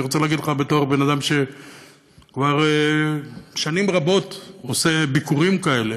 בתור בן אדם שכבר שנים רבות עושה ביקורים כאלה,